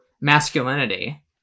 masculinity